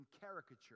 caricature